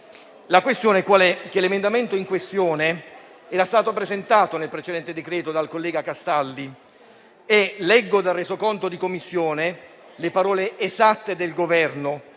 Il punto è che l'emendamento in questione era stato presentato nel precedente provvedimento dal collega Castaldi. Leggo dal resoconto di Commissione le parole del Governo: